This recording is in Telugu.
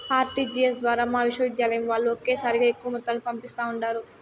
ఆర్టీజీఎస్ ద్వారా మా విశ్వవిద్యాలయం వాల్లు ఒకేసారిగా ఎక్కువ మొత్తాలను పంపిస్తా ఉండారు